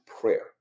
prayer